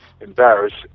embarrassed